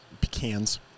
Pecans